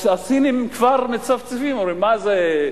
הסינים כבר מצפצפים ואומרים: מה זה,